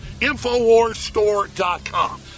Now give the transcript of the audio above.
InfoWarsStore.com